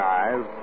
eyes